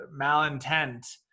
malintent